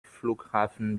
flughafen